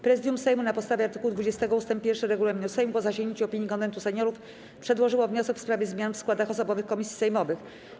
Prezydium Sejmu na podstawie art. 20 ust. 1 regulaminu Sejmu, po zasięgnięciu opinii Konwentu Seniorów, przedłożyło wniosek w sprawie zmian w składach osobowych komisji sejmowych.